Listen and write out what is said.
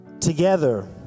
together